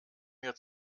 mir